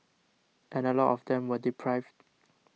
and a lot of them were deprived